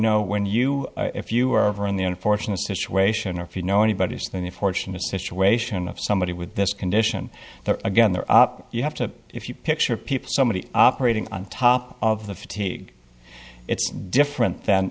know when you if you are in the unfortunate situation or if you know anybody in the fortunate situation of somebody with this condition that again they're up you have to if you picture people somebody operating on top of the fatigue it's different than